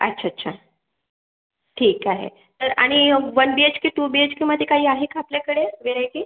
अच्छा अच्छा ठीक आहे तर आणि one BHK two B H केमध्ये काही आहे का आपल्याकडे रेड्डी